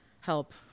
help